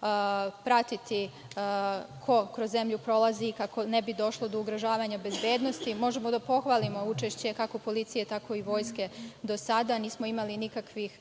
važno pratiti ko kroz zemlju prolazi kako ne bi došlo do ugrožavanja bezbednosti. Možemo da pohvalimo učešće kako policije, tako i Vojske do sada. Nismo imali nikakvih